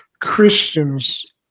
Christians